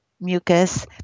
mucus